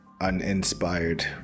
uninspired